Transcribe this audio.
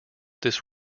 this